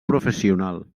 professional